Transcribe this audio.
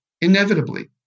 inevitably